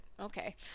okay